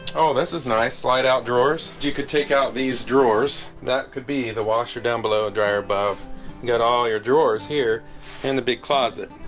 oh this is nice slide out drawers you could take out these drawers that could be the washer down below a dryer above got all your drawers here in the big closet.